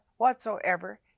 whatsoever